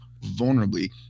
vulnerably